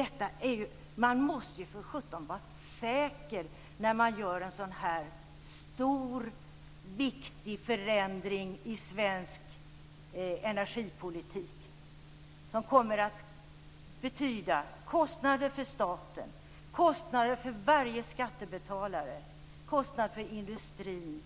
Men man måste ju för sjutton vara säker när man gör en sådan här stor viktig förändring i svensk energipolitik som kommer att betyda kostnader för staten, kostnader för varje skattebetalare, kostnader för industrin